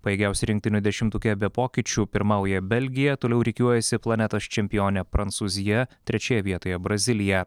pajėgiausių rinktinių dešimtuke be pokyčių pirmauja belgija toliau rikiuojasi planetos čempionė prancūzija trečioje vietoje brazilija